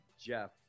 Jeff